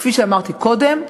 כפי שאמרתי קודם,